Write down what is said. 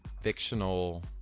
fictional